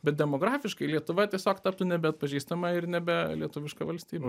bet demografiškai lietuva tiesiog taptų nebeatpažįstama ir nebelietuviška valstybė